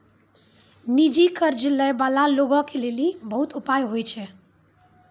निजी कर्ज लै बाला लोगो के लेली बहुते उपाय होय छै